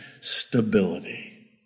stability